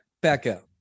Becca